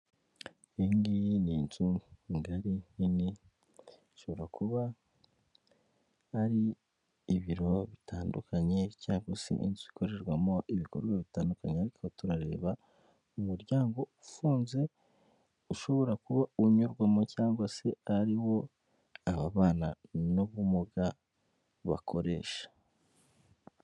Iyi foto iratwereka icyapa cya eyateri ikatwereka umuntu ufashe urupapuro mu kuboko kw'ibumoso ndetse akaba afite na terefone mu kuboko k'iburyo akaba ari gufotora urupapuro.